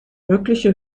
mögliche